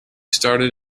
started